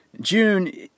June